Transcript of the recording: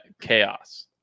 chaos